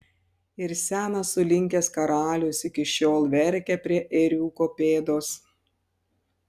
ir senas sulinkęs karalius iki šiol verkia prie ėriuko pėdos